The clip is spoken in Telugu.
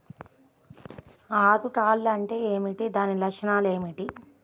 ఆకు కర్ల్ అంటే ఏమిటి? దాని లక్షణాలు ఏమిటి?